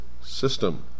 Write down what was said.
system